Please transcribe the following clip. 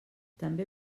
també